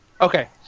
Okay